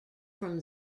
from